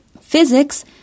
physics